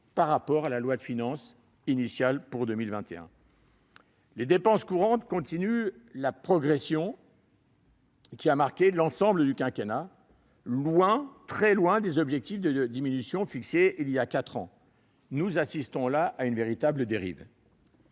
par rapport à la loi de finances initiale pour 2021. Les dépenses courantes continuent la progression qui a marqué l'ensemble du quinquennat, loin, très loin des objectifs de diminution fixés voilà quatre ans. Nous assistons là à une véritable dérive.